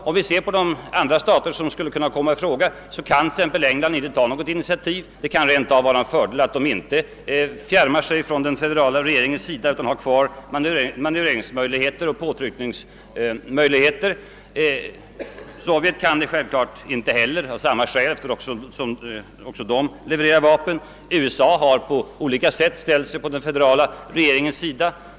Om vi ser på de andra stater som skulle kunna komma i fråga, finner vi att t.ex. England inte kan ta något initiativ; det kan rent av vara en fördel att England inte fjärmar sig från den federala regeringens sida utan har kvar sina påtryckningsmöjligheter. Sovjetunionen kan självklart inte heller ta något initiativ av samma skäl, eftersom också Sovjet levererar vapen till området. USA har på olika sätt ställt sig på den federala regeringens sida.